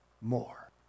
more